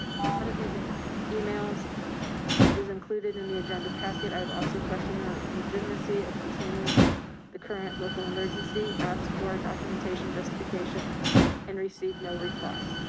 one of these emails is included in the agenda packet. i've also questioned the legitimacy of continuing the current local emergency, asked for documentation justification and received no reply.